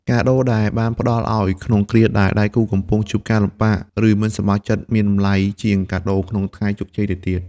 កាដូដែលបានផ្ដល់ឱ្យក្នុងគ្រាដែលដៃគូកំពុងជួបការលំបាក ឬមិនសប្បាយចិត្ត មានតម្លៃជាងកាដូក្នុងថ្ងៃជោគជ័យទៅទៀត។